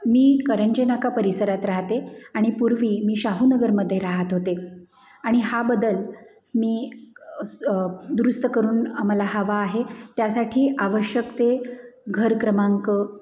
मी करंजनाका परिसरात राहते आणि पूर्वी मी शाहू नगरमध्ये राहात होते आणि हा बदल मी दुरुस्त करून आम्हाला हवा आहे त्यासाठी आवश्यक ते घर क्रमांक